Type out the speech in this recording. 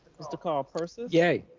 mr. carl persis? yea.